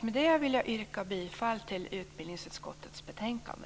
Med det vill jag yrka bifall till hemställan i utbildningsutskottets betänkande.